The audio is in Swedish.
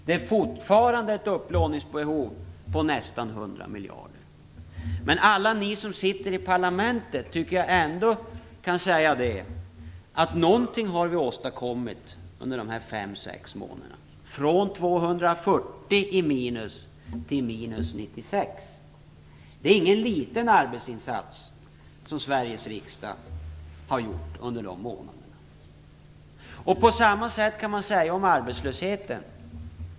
Vi har fortfarande ett upplåningsbehov om nästan 100 miljarder, men jag tycker ändå att alla ni som sitter i parlamentet kan säga att vi har åstadkommit något under de gångna fem, sex månaderna. Vi har gått från ett underskott om 240 miljarder till ett underskott om 96 miljarder. Det är ingen liten arbetsinsats som Sveriges riksdag har gjort under dessa månader. På samma sätt kan man säga om arbetslösheten.